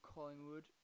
Collingwood